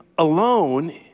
Alone